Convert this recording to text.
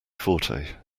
forte